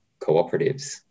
cooperatives